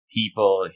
people